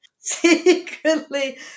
secretly